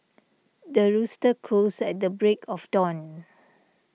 the rooster crows at the break of dawn